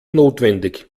notwendig